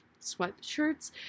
sweatshirts